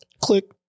Click